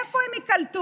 איפה הם ייקלטו?